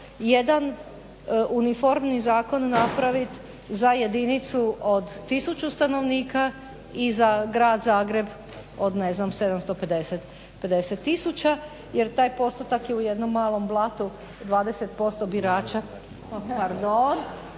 jedna uniformni zakon napraviti za jedinicu od tisuću stanovnika i za Grad Zagreb od ne znam 750 tisuća, jer taj postotak je u jednom malom Blatu 20% birača, recimo